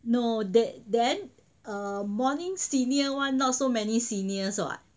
no that then err morning senior one not so many seniors [what]